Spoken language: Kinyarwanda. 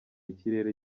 ikirere